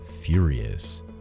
furious